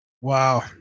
Wow